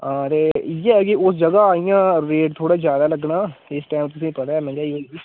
हां ते इ'यै ऐ कि ओह् जगह् इ'यां रेट थोह्ड़ा जैदा लग्गना इस टाईम तुसें ई पता ऐ मैह्ंगाई होई दी